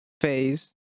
phase